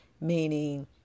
meaning